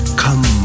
come